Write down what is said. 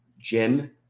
Jim